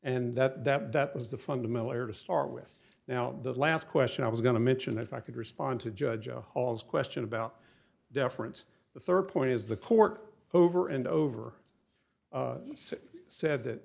and that that was the fundamental error to start with now the last question i was going to mention if i could respond to judge a hall's question about deference the third point is the court over and over said that